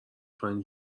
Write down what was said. پایین